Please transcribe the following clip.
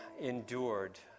endured